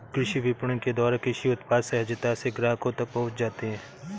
कृषि विपणन के द्वारा कृषि उत्पाद सहजता से ग्राहकों तक पहुंच जाते हैं